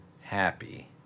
happy